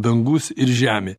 dangus ir žemė